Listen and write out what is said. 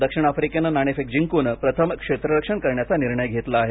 दक्षिण आफ्रिकेने नाणेफेक जिंकून प्रथम क्षेत्ररक्षण करण्याचा निर्णय घेतला आहे